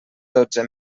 dotze